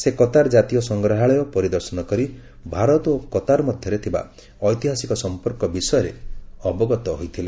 ସେ କତାର କାତୀୟ ସଂଗ୍ରହାଳୟ ପରିଦର୍ଶନ କରି ଭାରତ ଓ କତାର ମଧ୍ୟରେ ଥିବା ଐତିହାସିକ ସମ୍ପର୍କ ବିଷୟରେ ଅବଗତ ହୋଇଥିଲେ